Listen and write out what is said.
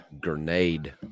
grenade